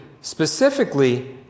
specifically